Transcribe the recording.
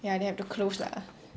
ya they have to close lah